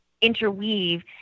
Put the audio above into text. interweave